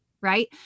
right